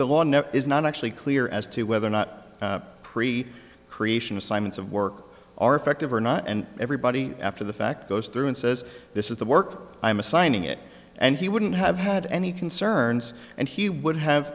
the law is not actually clear as to whether or not pre creation assignments of work are effective or not and everybody after the fact goes through and says this is the work i am assigning it and he wouldn't have had any concerns and he would have